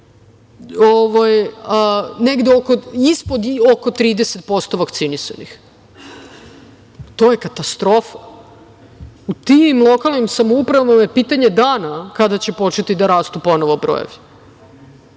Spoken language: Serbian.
ispod ili oko 30% vakcinisanih. To je katastrofa. U tim lokalnim samoupravama je pitanje dana kada će početi da rastu ponovo brojevi.